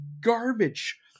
garbage